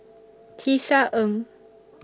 Tisa Ng